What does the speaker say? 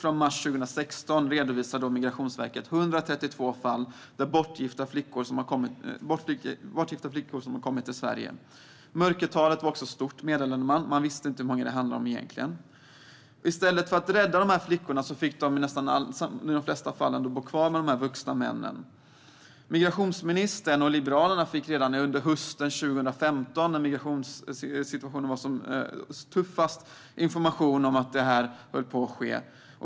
från mars 2016 redovisas 132 fall där bortgifta flickor kommit till Sverige. Man meddelade också att mörkertalet är stort - man visste inte hur många det egentligen handlar om. I stället för att räddas fick de flesta av flickorna bo kvar med de vuxna männen. Liberalerna fick redan under hösten 2015, när migrationssituationen var som tuffast, information om att detta höll på att ske.